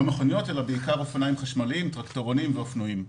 אלא בעיקר אופניים חשמליים, טרקטורונים ואופנועים.